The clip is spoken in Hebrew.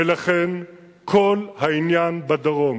ולכן כל העניין בדרום,